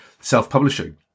self-publishing